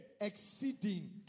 exceeding